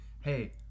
hey